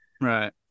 Right